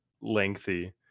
lengthy